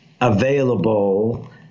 available